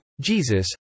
Jesus